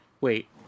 Wait